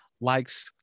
likes